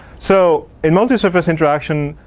so, and multisurface interaction,